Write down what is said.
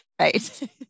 Right